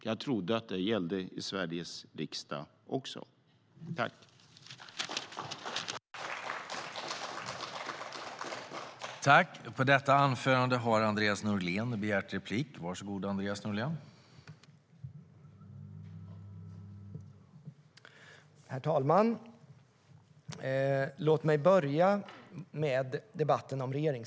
Jag trodde att det gällde i Sveriges riksdag också.